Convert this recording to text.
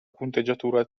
punteggiatura